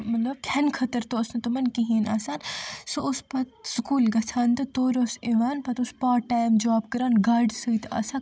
مطلب کھیٚنہٕ خٲطرٕ تہِ اوس نہٕ تمن کہیٖنۍ آسان سُہ اوس پتہٕ سکوٗل گژھان تہٕ تورٕ اوس یوان پتہٕ اوس پاٹ ٹایم جاب کران گاڑِ سۭتۍ آسان